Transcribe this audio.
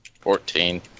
Fourteen